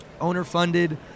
owner-funded